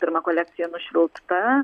pirma kolekcija nušvilpta